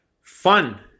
fun